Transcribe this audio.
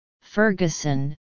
Ferguson